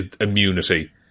immunity